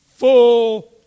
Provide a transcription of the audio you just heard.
Full